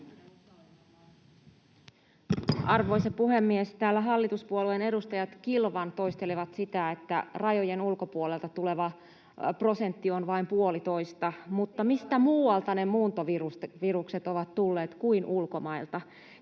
Arvoisa puhemies! Täällä hallituspuolueen edustajat kilvan toistelevat sitä, että rajojen ulkopuolelta tuleva prosentti on vain puolitoista, mutta mistä muualta ne muuntovirukset ovat tulleet kuin ulkomailta?